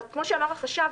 כמו שאמר החשב,